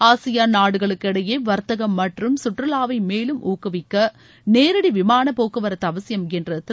ஆசியாள் நாடுகளுக்கு இளடயே வர்த்கதம் மற்றும் சுற்றுலாவை மேலும் ஊக்குவிக்க நேரடி விமானப்போக்குவரத்து அவசியம் என்று திரு